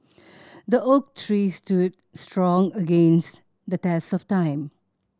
the oak tree stood strong against the test of time